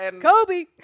Kobe